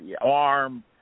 arm